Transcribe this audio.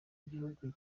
gihugu